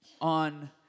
on